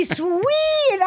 sweet